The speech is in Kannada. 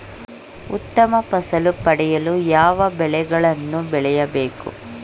ಉತ್ತಮ ಫಸಲು ಪಡೆಯಲು ಯಾವ ಬೆಳೆಗಳನ್ನು ಬೆಳೆಯಬೇಕು?